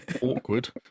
Awkward